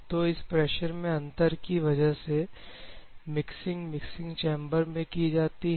तो इस प्रेशर मैं अंतर की वजह से मिक्सिंग मिक्सिंग चेंबर में की जाती है